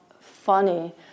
funny